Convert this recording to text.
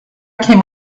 came